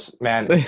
man